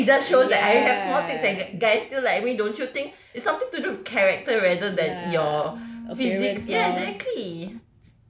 that is just shows that I have small tits and guys still like don't you think it's something to do character rather than your err physics ya exactly